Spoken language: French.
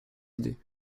idées